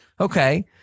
Okay